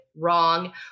wrong